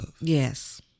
Yes